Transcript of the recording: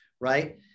right